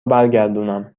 برگردونم